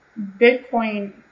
Bitcoin